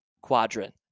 Quadrant